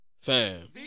Fam